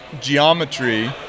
geometry